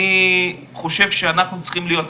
אני חושב שאנחנו צריכים להיות,